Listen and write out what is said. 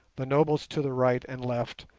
the nobles to the right and left,